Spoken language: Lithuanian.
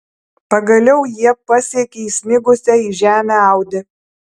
pagaliau jie pasiekė įsmigusią į žemę audi